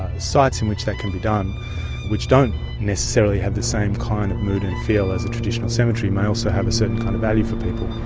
sites in which that can be done which don't necessarily have the same kind of mood and feel as a traditional cemetery may also have a certain kind of value for people.